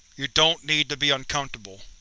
you don't need to be uncomfortable.